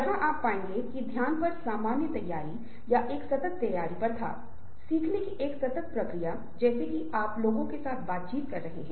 क्योंकि स्वयं को प्रतिबिंबित करना बहुत महत्वपूर्ण है और इससे पहले कि हम आत्म संचार करें कि हम कैसे संवाद करते हैं